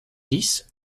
dix